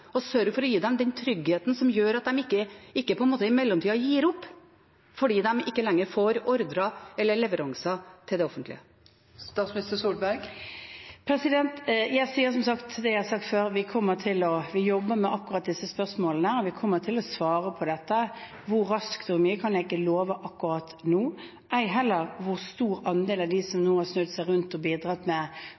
og sørge for å gi dem den tryggheten som gjør at de ikke i mellomtida gir opp fordi de ikke lenger får ordrer fra eller leveranser til det offentlige. Jeg sier, som jeg har sagt før, at vi jobber med akkurat disse spørsmålene, og vi kommer til å svare på dette. Hvor raskt og hvor mye kan jeg ikke love akkurat nå, ei heller hvor stor andel av dem som nå har snudd seg rundt og bidratt med